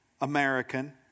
American